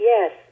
Yes